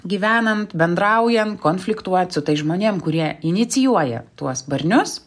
gyvenant bendraujant konfliktuot su tais žmonėm kurie inicijuoja tuos barnius